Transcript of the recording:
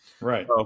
Right